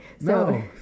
no